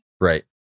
Right